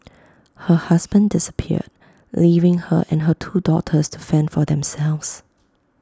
her husband disappeared leaving her and her two daughters to fend for themselves